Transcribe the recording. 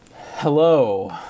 Hello